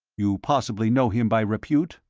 you possibly know him by repute?